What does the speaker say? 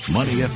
Money